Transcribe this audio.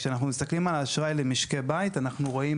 כשאנחנו מסתכלים על האשראי למשקי בית אנחנו רואים